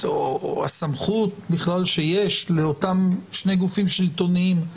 או הסמכות שיש לאותם שני גופים שלטוניים,